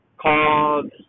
called